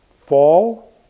fall